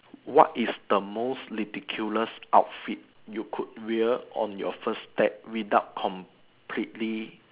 what is the most ridiculous outfit you could wear on your first date without completely